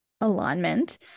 alignment